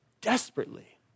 desperately